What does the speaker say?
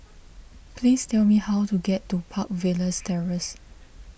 please tell me how to get to Park Villas Terrace